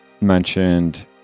mentioned